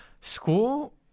School